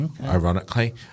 Ironically